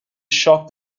shocked